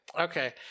Okay